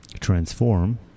transform